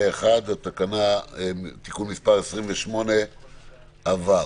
פה אחד תיקון מס' 28 עבר.